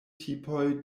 tipoj